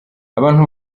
abantu